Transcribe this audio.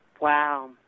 Wow